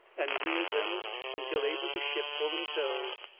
and reared them until able to shift for themselves.